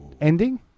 ending